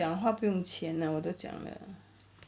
讲话不用钱 ah 我都讲了